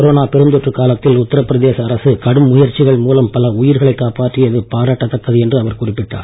corona பெருந்தொற்றுக் காலத்தில் உத்தரபிரதேச அரசு கடும் முயற்சிகள் மூலம் பல உயிர்களைக் காப்பாற்றியது பாராட்டதக்கது என்றும் அவர் குறிப்பிட்டார்